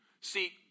See